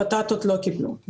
הבטטות לא קיבלו,